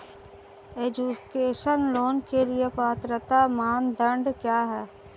Education loan के लिए पात्रता मानदंड क्या है?